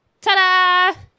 Ta-da